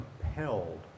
compelled